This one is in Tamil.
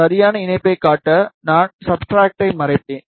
சரியான இணைப்பைக் காட்ட நான் சப்ஸ்ட்ரட்டை மறைப்பேன்